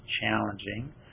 challenging